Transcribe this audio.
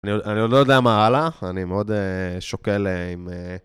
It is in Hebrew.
אני עוד לא יודע מה הלאה, אני מאוד שוקל עם...